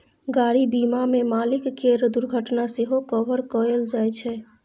गाड़ी बीमा मे मालिक केर दुर्घटना सेहो कभर कएल जाइ छै